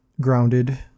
grounded